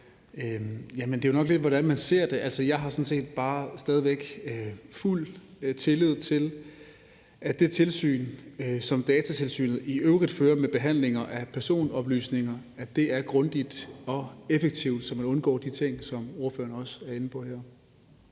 det er nok lidt, hvordan man ser det. Altså, jeg har sådan set bare stadig væk fuld tillid til, at det tilsyn, som Datatilsynet i øvrigt fører med behandling af personoplysninger, er grundigt og effektivt, så man undgår de ting, som ordføreren også er inde på her.